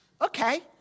Okay